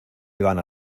iban